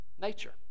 nature